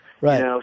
Right